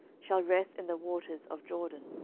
shall rest in the waters of jordan,